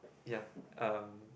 ya um